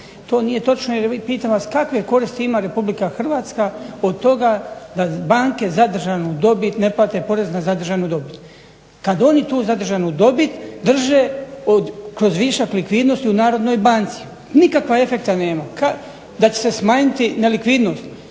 To nije točno jer pitam vas kakve koristi ima Republika Hrvatska od toga da banke zadržanu dobit, ne plate porez na zadržanu dobit kad oni tu zadržanu dobit drže kroz višak likvidnosti u Narodnoj banci. Nikakva efekta nema da će se smanjiti nelikvidnost.